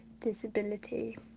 disability